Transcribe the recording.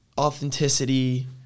Authenticity